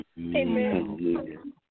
amen